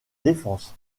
défense